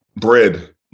bread